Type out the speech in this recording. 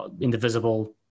indivisible